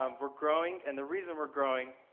um we're growing, and the reason we're growing,